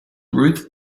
ruth